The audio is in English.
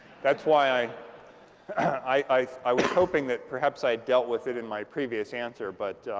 that's why i i i was hoping that perhaps i had dealt with it in my previous answer. but